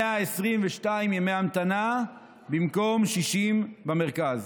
122 ימי המתנה במקום 60 במרכז.